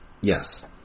Yes